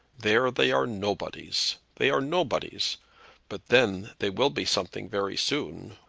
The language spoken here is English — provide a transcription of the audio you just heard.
there they are nobodies they are nobodies but then they will be something very soon,